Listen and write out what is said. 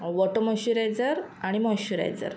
water moisturiser आणि moisturiser